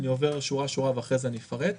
אני עובר שורה שורה ואחרי זה אני אפרט.